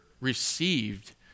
received